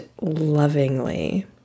lovingly